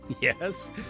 Yes